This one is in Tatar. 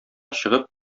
чыгып